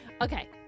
okay